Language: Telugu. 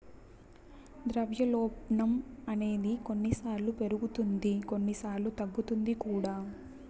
ద్రవ్యోల్బణం అనేది కొన్నిసార్లు పెరుగుతుంది కొన్నిసార్లు తగ్గుతుంది కూడా